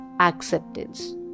acceptance